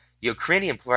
Ukrainian